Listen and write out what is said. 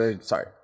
sorry